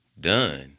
done